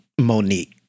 Monique